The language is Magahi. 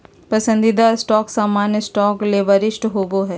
पसंदीदा स्टॉक सामान्य स्टॉक ले वरिष्ठ होबो हइ